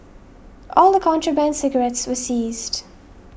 all the contraband cigarettes were seized